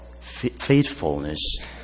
faithfulness